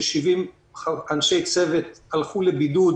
ש-70 אנשי צוות הלכו לבידוד